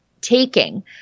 taking